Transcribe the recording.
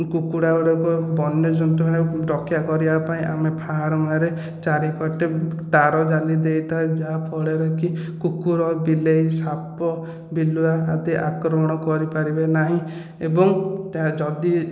କୁକୁଡ଼ାଗୁଡ଼ାଙ୍କୁ ବନ୍ୟଜନ୍ତୁ ରକ୍ଷାକରିବାପାଇଁ ଆମେ ଫାର୍ମରେ ଚାରିପଟେ ତାରଜାଲି ଦେଇଥାଉ ଯାହାଫଳରେ କି କୁକୁର ବିଲେଇ ସାପ ବିଲୁଆ ଆଦି ଆକ୍ରମଣ କରିପାରିବେ ନାହିଁ ଏବଂ ଯଦି